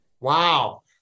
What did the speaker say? wow